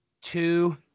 two